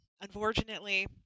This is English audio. unfortunately